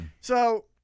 so-